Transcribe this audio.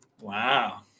Wow